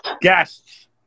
Guests